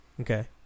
Okay